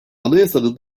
anayasanın